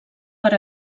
per